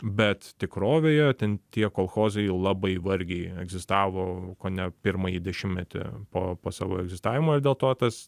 bet tikrovėje ten tie kolchozai labai vargiai egzistavo kone pirmąjį dešimtmetį po savo egzistavimo ir dėl to tas